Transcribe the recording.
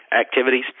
activities